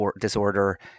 disorder